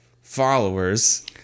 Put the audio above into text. followers